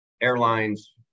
airlines